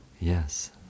yes